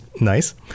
nice